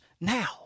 now